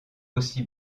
aussi